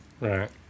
Right